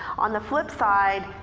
on the flip side,